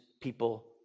people